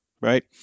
right